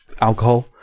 alcohol